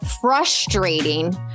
frustrating